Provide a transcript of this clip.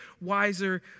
wiser